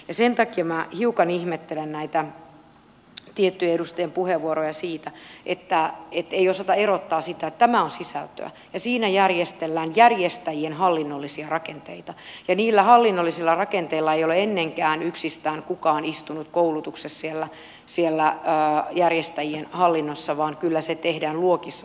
sen takia minä hiukan ihmettelen näitä tiettyjen edustajien puheenvuoroja että ei osata erottaa sitä että tämä on sisältöä ja siinä järjestellään järjestäjien hallinnollisia rakenteita ja niillä hallinnollisilla rakenteilla ei ole ennenkään yksistään kukaan istunut koulutuksessa siellä järjestäjien hallinnossa vaan kyllä se tehdään luokissa se koulutus